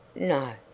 no.